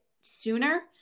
sooner